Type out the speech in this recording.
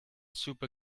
super